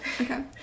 Okay